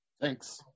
Thanks